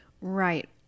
Right